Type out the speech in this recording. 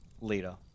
leader